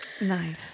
Nice